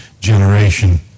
generation